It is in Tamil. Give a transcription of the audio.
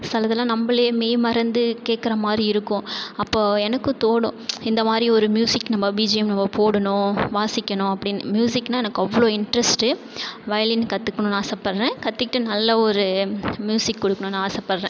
சிலதெல்லாம் நம்மளே மெய்மறந்து கேட்கற மாதிரி இருக்கும் அப்போது எனக்கு தோணும் இந்தமாதிரி ஒரு மியூசிக் நம்ம பிஜிஎம் நம்ம போடணும் வாசிக்கணும் அப்டினு மியூசிக்னா எனக்கு அவ்வளோ இன்ட்ரெஸ்ட்டு வயலின் கற்றுக்கணுன்னு ஆசைப் படுறேன் கற்றுக்கிட்டு நல்ல ஒரு மியூசிக் கொடுக்கணுன்னு ஆசைப் படுறேன்